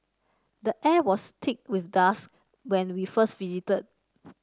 the air was thick with dust when we first visited